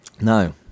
No